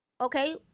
Okay